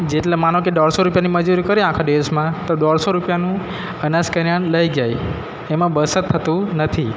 જેટલા માનો કે દોઢસો રૂપિયાની મજૂરી કરી આખા દિવસમાં તો દોઢસો રૂપિયાનું અનાસ કરિયાણું લઈ જાય એમાં બચત થતું નથી